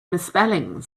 misspellings